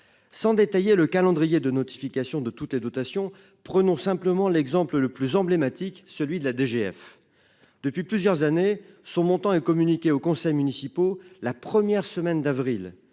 sans détailler le calendrier de notification de toutes les dotations prenons simplement l'exemple le plus emblématique, celui de la DGF depuis plusieurs années, son montant communiqué aux conseils municipaux. La première semaine d'avril,